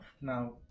now